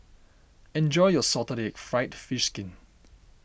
enjoy your Salted Egg Fried Fish Skin